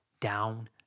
down